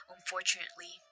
Unfortunately